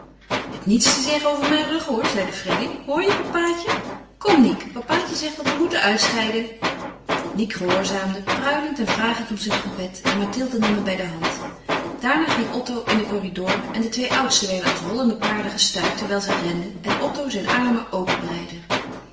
je hebt niets te zeggen over mijn rug hoor zeide freddy hoor je papaatje kom niek papaatje zegt dat we moeten uitscheiden niek gehoorzaamde pruilend en vragend om zijn trompet en mathilde nam hem bij de hand daarna ging otto in den corridor en de twee oudsten werden als hollende paarden gestuit terwijl zij renden en otto zijn armen